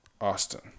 Austin